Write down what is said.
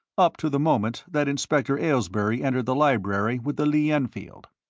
up to the moment that inspector aylesbury entered the library with the lee-enfield.